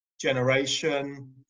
generation